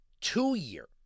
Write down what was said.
two-year